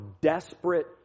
desperate